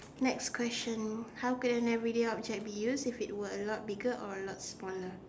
next question how can an everyday object if it were a lot bigger or a lot smaller